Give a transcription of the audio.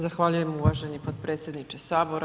Zahvaljujem uvaženi potpredsjedniče Sabora.